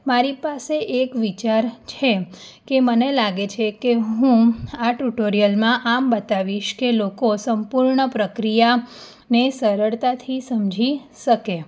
મારી પાસે એક વિચાર છે કે મને લાગે છે કે હું આ ટુટોરિયલમાં આમ બતાવીશ કે લોકો સંપૂર્ણ પ્રક્રિયાને સરળતાથી સમજી શકે